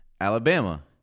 Alabama